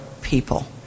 people